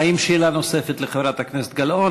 האם שאלה נוספת לחברת הכנסת גלאון?